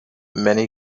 many